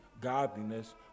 godliness